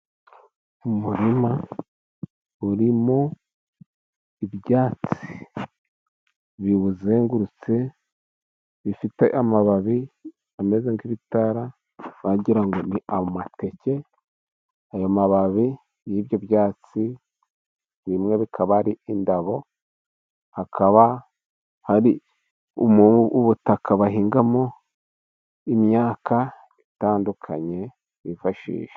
Umurima urimo ibyatsi biwuzengurutse. Bifite amababi ameze nk'ibitara wagira ngo ni amateke. Ayo mababi y'ibyo byatsi bimwe bikaba ari indabo, hakaba hari ubutaka bahingamo imyaka itandukanye bifashisha.